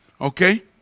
Okay